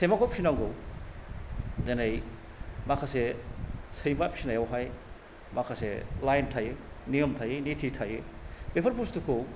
सैमाखौ फिनांगौ दोनै माखासे सैमा फिनायावहाय माखासे लाइन थायो नियम थायो निटि थायो बेफोर बुस्थुखौ